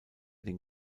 den